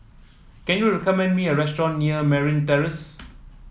can you recommend me a restaurant near Merryn Terrace